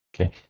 okay